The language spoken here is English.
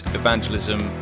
evangelism